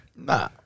Nah